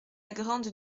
grande